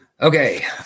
Okay